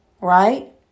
Right